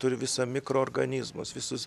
turi visa mikroorganizmus visus